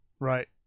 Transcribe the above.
Right